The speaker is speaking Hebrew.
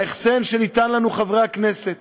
ההחסן שניתן לנו, חברי הכנסת,